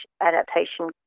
adaptation